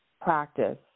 practice